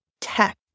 tech